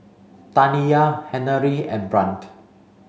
Taniyah Henery and Brant